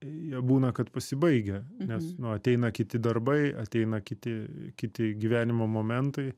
jie būna kad pasibaigia nes nu ateina kiti darbai ateina kiti kiti gyvenimo momentai